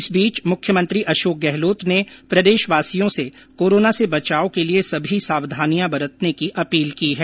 इस बीच मुख्यमंत्री अशोक गहलोत ने प्रदेश वासियों से कोरोना से बचाव के लिए सभी सावधानियां बरतने की अपील की है